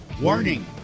warning